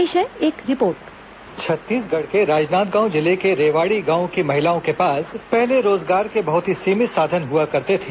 पेश है एक रिपोर्ट छत्तीसगढ़ राजनांदगांव जिले के रेवाडी गांव की महिलाओं के पास पहले रोजगार के बहुत ही सीमित साधन हुआ करते थे